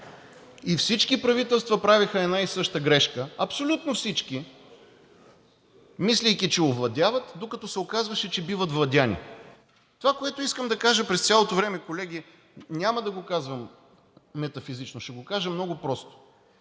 И всички правителства правеха една и съща грешка – абсолютно всички, мислейки, че овладяват, докато се оказваше, че биват владени. Това, което искам да кажа през цялото време, колеги – няма да го казвам метафизично, ще го кажа много просто,